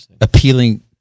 appealing